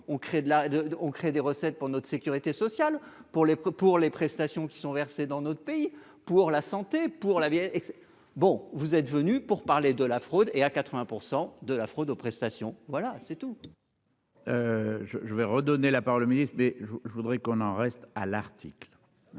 on crée des recettes pour notre sécurité sociale, pour les prix pour les prestations qui sont versées dans notre pays pour la santé, pour la vieille bon vous êtes venus pour parler de la fraude et à 80 % de la fraude aux prestations, voilà c'est tout. Je je vais redonner la par le ministre des je, je voudrais qu'on en reste à l'article